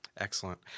Excellent